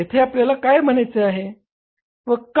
येथे आपल्याला काय म्हणायचे आहे व का